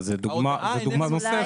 זאת דוגמה נוספת.